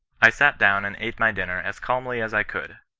i sat down and ate my dinner as calmly as i could.